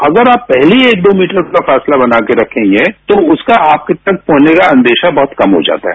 तो अगर आप पहले ही एक दो मीटर का फासला बनाकर के रखेंगे तो उनका आपके पास होने का अंदेशा कम हो जाता है